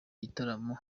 gitaramo